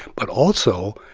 but, also,